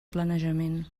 planejament